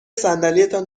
صندلیتان